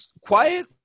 quiet